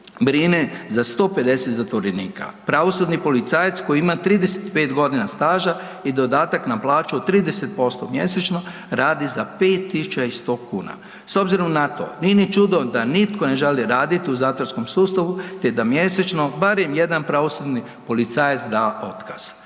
brine za 150 zatvorenika. Pravosudni policajac koji ima 35 godina staža i dodatak na plaću od 30% mjesečno radi za 5.100 kuna. S obzirom na to nije ni čudo da nitko ne želi raditi u zatvorskom sustavu te da mjesečno barem jedan pravosudni policajac da otkaz.